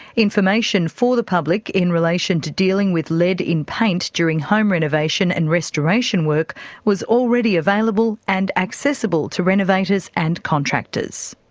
information for the public in relation to dealing with lead in paint during home renovation and restoration work was already available and accessible to renovators and contractors.